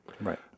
right